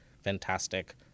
fantastic